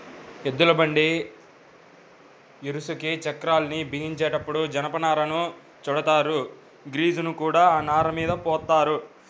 ఎద్దుల బండి ఇరుసుకి చక్రాల్ని బిగించేటప్పుడు జనపనారను చుడతారు, గ్రీజుని కూడా ఆ నారమీద పోత్తారు